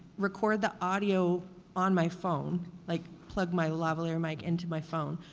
record the audio on my phone, like plug my lavalier mike into my phone,